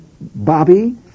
Bobby